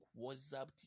WhatsApp